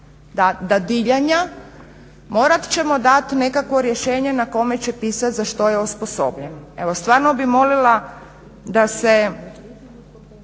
dadiljanja morat ćemo dati nekakvo rješenje na kome će pisati za što je osposobljen. Evo, stvarno bih molila da se,